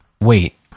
Wait